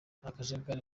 akajagari